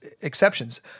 exceptions